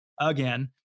again